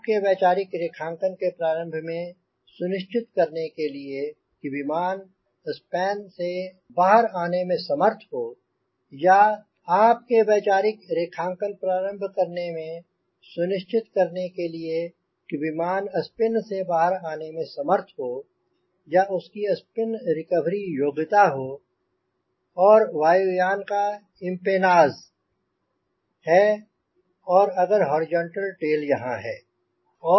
आपके वैचारिक रेखांकन के प्रारंभ में सुनिश्चित करने के लिए कि विमान स्पिन से बाहर आने में समर्थ हो या उसकी स्पिन रिकवरी योग्यता हो और वायु यान का एम्पेनाज है और अगर हॉरिजॉन्टल टेल यहांँ है